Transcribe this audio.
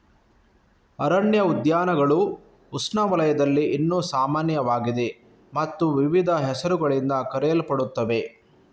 ಅರಣ್ಯ ಉದ್ಯಾನಗಳು ಉಷ್ಣವಲಯದಲ್ಲಿ ಇನ್ನೂ ಸಾಮಾನ್ಯವಾಗಿದೆ ಮತ್ತು ವಿವಿಧ ಹೆಸರುಗಳಿಂದ ಕರೆಯಲ್ಪಡುತ್ತವೆ